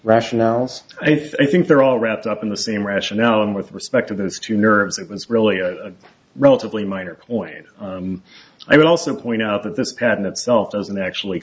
rationales i think they're all wrapped up in the same rationale and with respect to those two nerves it was really a relatively minor point i would also point out that this pattern itself doesn't actually